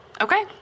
Okay